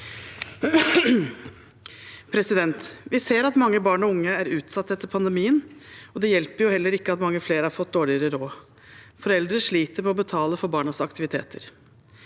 Vi ser at mange barn og unge er utsatt etter pandemien, og det hjelper heller ikke at mange flere har fått dårligere råd. Foreldre sliter med å betale for barnas aktiviteter.